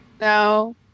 no